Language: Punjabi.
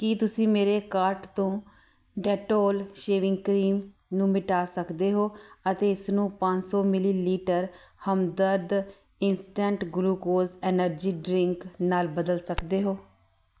ਕੀ ਤੁਸੀਂ ਮੇਰੇ ਕਾਰਟ ਤੋਂ ਡੈਟੋਲ ਸ਼ੇਵਿੰਗ ਕਰੀਮ ਨੂੰ ਮਿਟਾ ਸਕਦੇ ਹੋ ਅਤੇ ਇਸਨੂੰ ਪੰਜ ਸੌ millilitre Hamdard instant glucose energy drink ਨਾਲ ਬਦਲ ਸਕਦੇ ਹੋ